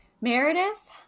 meredith